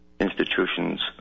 institutions